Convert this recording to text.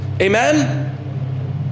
Amen